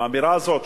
והאמירה הזאת,